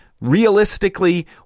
realistically